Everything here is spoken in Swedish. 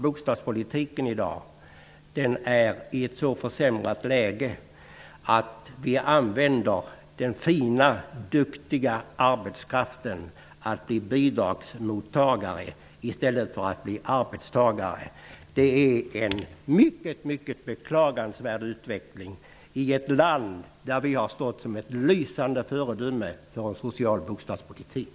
Bostadspolitiken är i dag så dålig att man låter den duktiga arbetskraften bli bidragsmottagare i stället för arbetstagare. Det är en mycket beklagansvärd utveckling i ett land som har stått som ett lysande föredöme för en social bostadspolitik.